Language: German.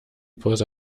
pause